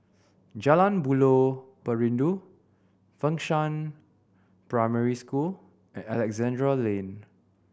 Jalan Buloh Perindu Fengshan Primary School and Alexandra Lane